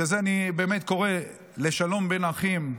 בגלל זה אני קורא לשלום בין האחים,